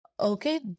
Okay